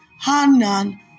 Hanan